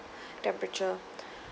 temperature